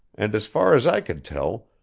and as far as i could tell,